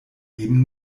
eben